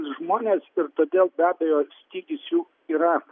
žmonės ir todėl be abejo stygius jų yra